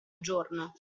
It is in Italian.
giorno